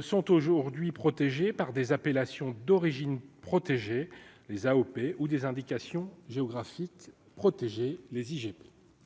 sont aujourd'hui protégés par des appellations d'origine protégée, les AOP ou des indications géographiques protégées les IGP,